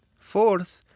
fourth,